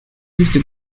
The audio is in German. wüste